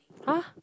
!huh!